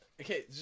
Okay